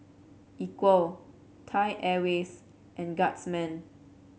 Equal Thai Airways and Guardsman